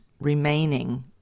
remaining